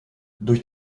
durch